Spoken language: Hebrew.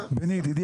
ידידי,